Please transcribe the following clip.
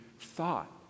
thought